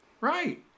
Right